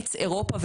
לאמץ אירופה.